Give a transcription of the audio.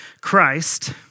Christ